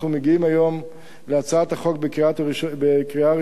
מגיעים היום להעלאת הצעת החוק לקריאה ראשונה,